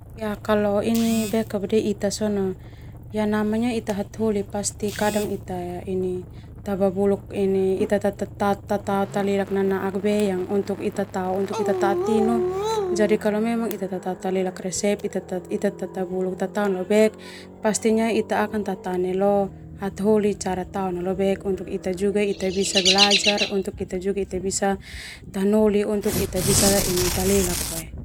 Ita hataholi pasti kadang ita ini tatao talelak sona pasti ita tatane hataholi cara tatao na lo bek supaya ita bisa talelak.